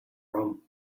room